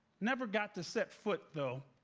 never got to set foot though,